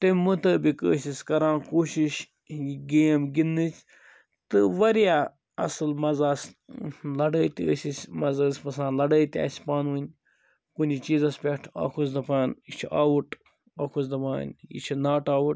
تمہِ مطٲبق ٲسۍ أسۍ کَران کوشش یہِ گیم گِنٛدنٕچ تہٕ واریاہ اصٕل مَزٕ آسہٕ لَڑٲے تہِ ٲسۍ أسۍ مَنٛزٕ ٲسۍ وَسان لَڑٲے تہِ اسہِ پانہٕ وٲنۍ کُنہِ چیٖزَس پٮ۪ٹھ اَکھ اوس دَپان یہِ چھُ آوُٹ اَکھ اوس دَپان یہِ چھُ ناٹ آوُٹ